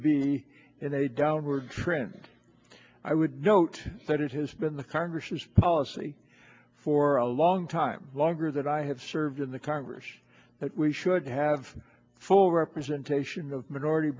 be in a downward trend i would note that it has been the congress's policy for a long time longer that i have served in the congress that we should have full representation of minority